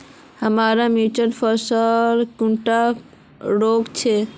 हमार मिर्चन फसल कुंडा रोग छै?